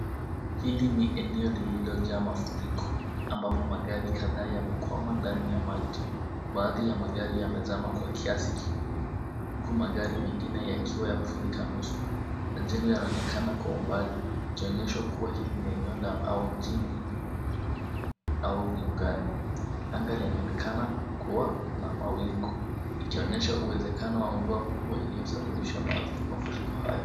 Hili ni eneo lililojaa mafuriko, ambapo magari kadhaa yamekuwama ndani ya maji. Baadhi ya magari yamezama kwa kiasi kikubwa. Huku magari mengine yakiwa yamefurika nusu, majengo yanawekana kwa umbali na kuonyesha kuwa hili ni eneo la au mjini au viungani. Anga linaonekana kuwa na mawingu, ikionyesha uwezekano wa mvua mkubwa iliyosababisha mafuriko haya.